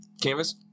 Canvas